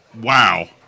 Wow